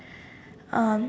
um